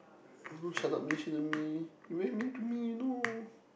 don't shut up me shut up me you very mean to me you know